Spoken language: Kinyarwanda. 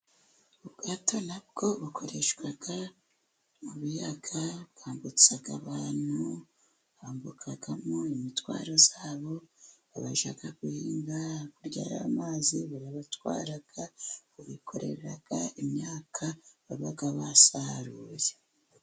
Ubwato nabwo bukoreshwa mu biyaga, bwambutsa abantu, hambukamo imitwaro yabo, abajya guhinga hakurya y'amazi burabatwara, bubikorerrea imyaka baba basaruye.